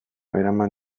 eraman